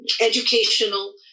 educational